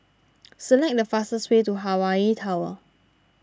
select the fastest way to Hawaii Tower